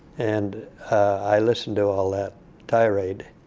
and i listened to all that tirade.